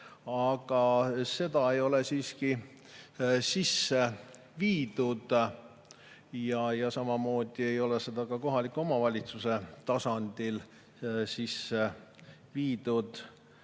Aga seda ei ole siiski sisse viidud. Ja samamoodi ei ole seda ka kohaliku omavalitsuse tasandil sisse viidud.